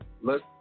look